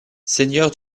seigneur